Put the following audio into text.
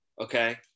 Okay